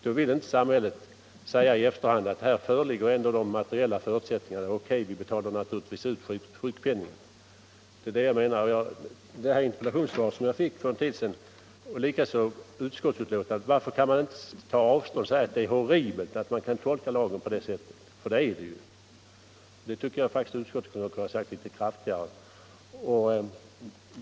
Då vill samhället inte säga att här föreligger ändå de materiella förutsättningarna och vi skall därför betala ut sjukpenningen. Varför kunde man inte i det interpellationssvar som jag fick för en tid sedan och i detta utskottsbetänkande säga, att det är horribelt att tolka lagen på det sättet? För det är det ju! Det tycker jag faktiskt att utskottet kunde ha uttalat litet kraftigare.